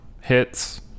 hits